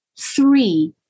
Three